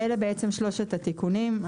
אלה שלושת התיקונים.